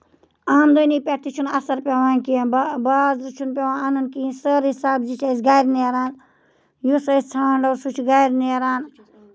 آمدٔنی پٮ۪ٹھ تہِ چھُنہٕ اَثر پیوان کیٚنٛہہ بازرٕ چھُنہٕ پیوان اَنُن کیٚنہہ سٲرٕے سَبزی چھےٚ اَسہِ گرِ نیران یُس أسۍ ژھانڑو سُہ چھُ گرِ نیران